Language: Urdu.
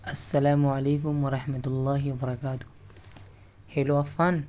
السلام علیکم و رحمۃ اللہ و برکاتہ ہیلو عفان